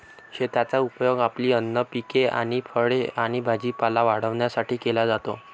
शेताचा उपयोग आपली अन्न पिके आणि फळे आणि भाजीपाला वाढवण्यासाठी केला जातो